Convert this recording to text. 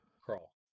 crawl